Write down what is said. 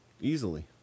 Easily